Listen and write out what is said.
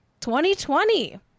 2020